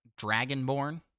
dragonborn